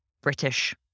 British